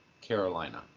Carolina